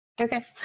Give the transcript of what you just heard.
Okay